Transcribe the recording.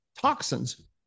toxins